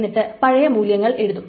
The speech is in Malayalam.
എന്നിട്ട് പഴയ മൂല്യങ്ങൾ എഴുതും